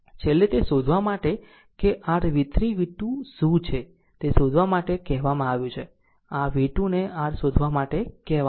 છેલ્લે તે શોધવા માટે છે કે r v3 v2 શું છે તે શોધવા માટે કહેવામાં આવ્યું છે આ v2 ને r શોધવા માટે કહેવામાં આવ્યું છે